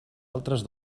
altres